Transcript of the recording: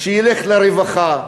שילך לרווחה,